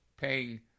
paying